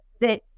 that-